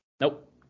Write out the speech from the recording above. Nope